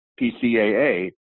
PCAA